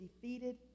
defeated